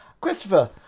Christopher